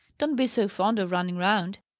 don't be so fond of running round.